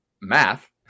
math